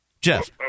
Jeff